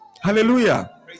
Hallelujah